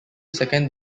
second